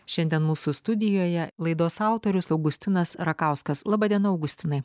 šiandien mūsų studijoje laidos autorius augustinas rakauskas laba diena augustinai